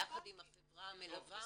ביחד עם החברה המלווה,